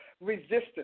resistance